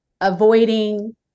avoiding